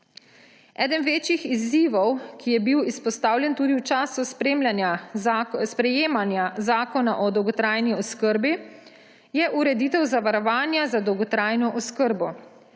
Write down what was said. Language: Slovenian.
Eden večjih izzivov, ki je bil izpostavljen tudi v času sprejemanja zakona o dolgotrajni oskrbi, je ureditev zavarovanja za dolgotrajno oskrbo.